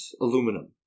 aluminum